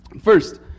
First